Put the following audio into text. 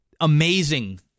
amazing